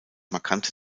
markante